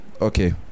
Okay